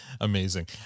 amazing